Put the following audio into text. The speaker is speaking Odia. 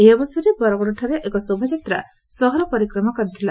ଏହି ଅବସରରେ ବରଗଡଠାରେ ଏକ ଶୋଭାଯାତ୍ରା ସହର ପରିକ୍ରମା କରିଥିଲା